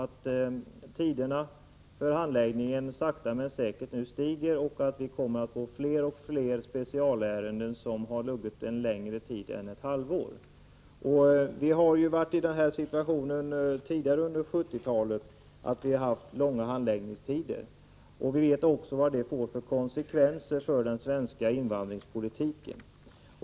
Tiderna för handläggning ökar sakta men säkert, och vi kommer att få fler och fler specialärenden som har varit med längre tid än ett halvår. Vi har ju varit i denna situation tidigare, under 1970-talet, med långa handläggningstider. Vi vet därför vilka konsekvenser sådant får för den svenska invandringspolitiken.